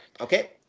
Okay